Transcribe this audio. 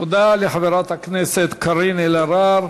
תודה לחברת הכנסת קארין אלהרר.